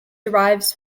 derives